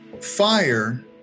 fire